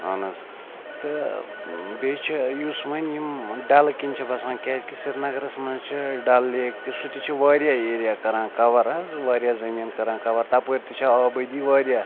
اہن حظ تہٕ بیٚیہِ چھِ یُس وۄنۍ یِم ڈلہٕ کِنۍ چھِ بَسان کیازکہِ سرینَگرَس منٛز چھِ ڈَل لیک تہِ سُہ تہِ چھُ واریاہ ایریا کَران کَوَر حظ واریاہ زٔمیٖن کَران کَوَر تَپٲرۍ تہِ چھِ آبٲدی واریاہ